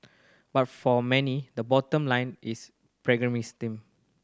but for many the bottom line is pragmatism